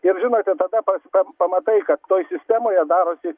ir žinote tada pas pa pamatai kad toje sistemoje darosi